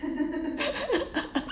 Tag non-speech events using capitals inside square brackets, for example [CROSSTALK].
[LAUGHS]